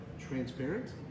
transparent